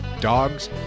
dogs